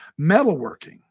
Metalworking